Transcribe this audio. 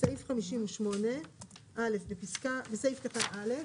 בסעיף 58 א' לסעיף קטן א',